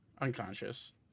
unconscious